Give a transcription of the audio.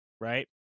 right